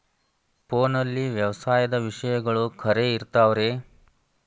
ಫೋನಲ್ಲಿ ವ್ಯವಸಾಯದ ವಿಷಯಗಳು ಖರೇ ಇರತಾವ್ ರೇ?